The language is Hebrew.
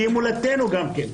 שהיא מולדתנו גם כן.